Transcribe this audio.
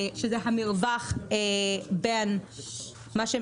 שזה המרווח בין מה שהם